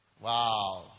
Wow